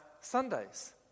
Sundays